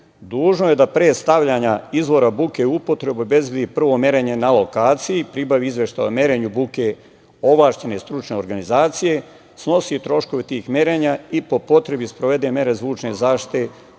dužno je da pre stavljanja izvora buke upotrebe, obezbedi merenje na lokaciji, pribavi izveštaj o merenju buke ovlašćene stručne organizacije i snosi troškove tih merenja, i po potrebi sprovede mere stručne zaštite,